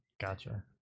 Gotcha